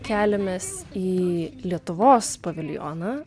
keliamės į lietuvos paviljoną